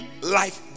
life